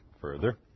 further